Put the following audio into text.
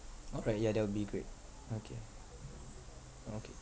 all right ya that will be great okay okay